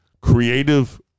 creative